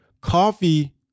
Coffee